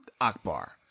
Akbar